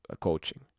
coaching